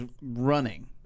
running